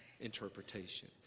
interpretation